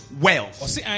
wealth